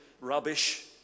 rubbish